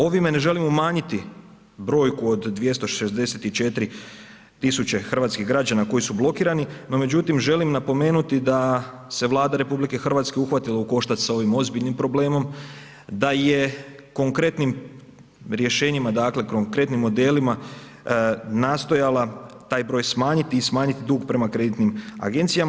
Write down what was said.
Ovime ne želimo umanjiti brojku od 264 tisuće hrvatskih građana koji su blokirani, no međutim želim napomenuti da se Vlada RH uhvatila u koštac sa ovim ozbiljnim problemom, da je konkretnim rješenjima dakle, konkretnim modelima nastojala taj broj smanjiti i smanjiti dug prema kreditnim agencijama.